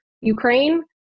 ukraine